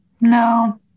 No